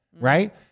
right